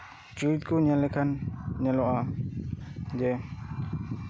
ᱪᱷᱩᱨᱤᱛ ᱠᱚ ᱧᱮᱞ ᱞᱮᱠᱷᱟᱱ ᱧᱮᱞᱚᱜᱼᱟ ᱡᱮ